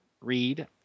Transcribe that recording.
read